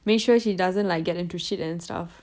make sure she doesn't like get into shit and stuff